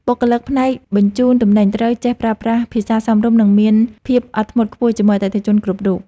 បុគ្គលិកផ្នែកបញ្ជូនទំនិញត្រូវចេះប្រើប្រាស់ភាសាសមរម្យ និងមានភាពអត់ធ្មត់ខ្ពស់ជាមួយអតិថិជនគ្រប់រូប។